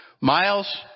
Miles